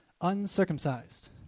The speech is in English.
uncircumcised